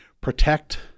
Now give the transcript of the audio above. protect